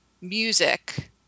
music